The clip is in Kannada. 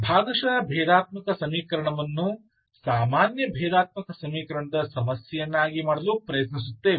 ಭಾಗಶಃ ಭೇದಾತ್ಮಕ ಸಮೀಕರಣವನ್ನು ಸಾಮಾನ್ಯ ಭೇದಾತ್ಮಕ ಸಮೀಕರಣದ ಸಮಸ್ಯೆಯನ್ನಾಗಿ ಮಾಡಲು ಪ್ರಯತ್ನಿಸುತ್ತೇವೆ